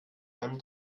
einem